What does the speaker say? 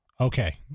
okay